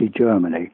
Germany